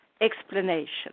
explanation